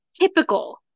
typical